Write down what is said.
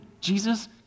Jesus